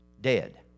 dead